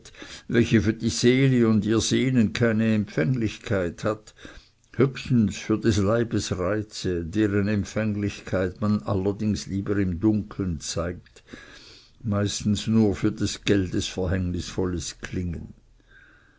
welche für die seele und ihr sehnen keine empfänglichkeit hat höchstens für des leibes reize deren empfänglichkeit man allerdings lieber im dunkeln zeigt meistens nur für des geldes verhängnisvolles klingen